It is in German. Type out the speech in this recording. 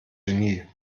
genie